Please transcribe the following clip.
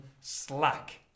slack